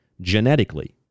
genetically